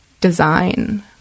design